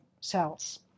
cells